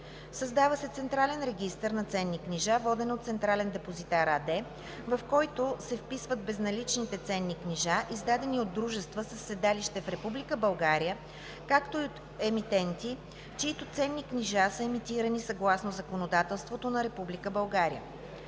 Създава се централен регистър на ценни книжа, воден от „Централен депозитар“ АД, в който се вписват безналични ценни книжа, издадени от дружества със седалище в Република България, както и от емитенти, чиито ценни книжа са емитирани съгласно законодателството на